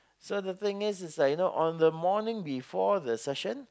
so the thing is like you know the morning before the session